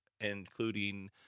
including